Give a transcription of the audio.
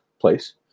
place